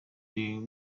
the